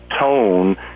tone